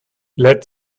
let